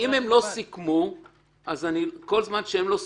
כל זמן שהם לא סיכמו,